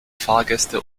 fahrgäste